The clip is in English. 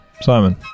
Simon